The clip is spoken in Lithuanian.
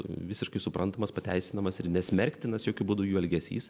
visiškai suprantamas pateisinamas ir nesmerktinas jokiu būdu jų elgesys